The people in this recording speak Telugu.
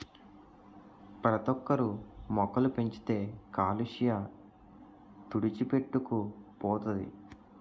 ప్రతోక్కరు మొక్కలు పెంచితే కాలుష్య తుడిచిపెట్టుకు పోతది